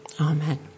Amen